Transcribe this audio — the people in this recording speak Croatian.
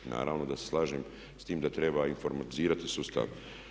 I naravno da se slažem sa tim da treba informatizirati sustav.